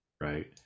right